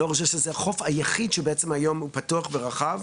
לא חושב שזה החוף היחיד שבעצם היום הוא פתוח ורחב.